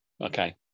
Okay